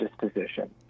disposition